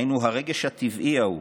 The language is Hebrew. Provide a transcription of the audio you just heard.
היינו, הרגש הטבעי ההוא